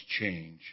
change